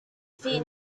feet